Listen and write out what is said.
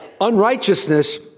unrighteousness